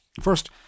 First